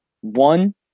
one